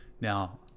now